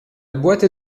boîte